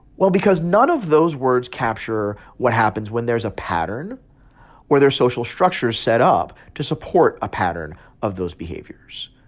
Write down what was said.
well, because none of those words capture what happens when there's a pattern or there are social structures set up to support a pattern of those behaviors.